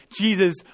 Jesus